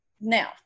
now